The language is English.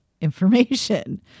information